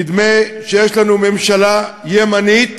נדמה שיש לנו ממשלה ימנית